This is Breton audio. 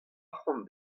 arcʼhant